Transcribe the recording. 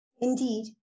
Indeed